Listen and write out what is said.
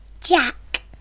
Jack